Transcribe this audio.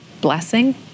blessing